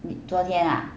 你昨天啊